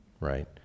right